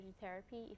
therapy